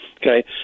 Okay